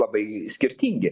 labai skirtingi